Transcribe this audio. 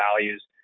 values